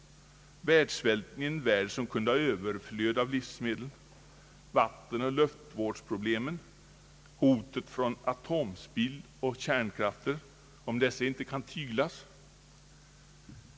Det är oron över världs svälten i en värld som kunde ha överflöd av livsmedel, det är vattenoch luftvårdsproblemen och det är hotet från atomspill och kärnkrafter, om dessa inte kan tyglas.